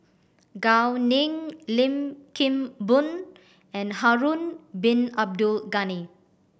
Gao Ning Lim Kim Boon and Harun Bin Abdul Ghani